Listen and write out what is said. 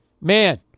Man